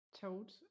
toad